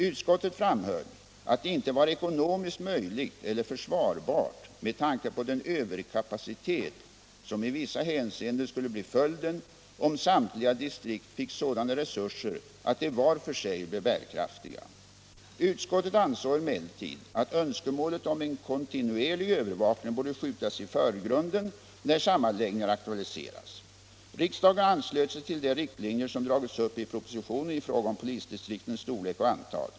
Utskottet framhöll att det inte var ekonomiskt möjligt eller försvarbart med tanke på den överkapacitet som i vissa hänseenden skulle bli följden, om samtliga distrikt fick sådana resurser att de vart för sig blev bärkraftiga. Utskottet ansåg emellertid, att önskemålet om en kontinuerlig övervakning borde skjutas i förgrunden när sammanläggningar aktualiseras. Riksdagen anslöt sig till de riktlinjer som dragits upp i propositionen i fråga om polisdistriktens storlek och antal.